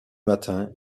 matin